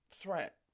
threat